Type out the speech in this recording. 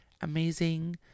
amazing